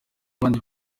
abandi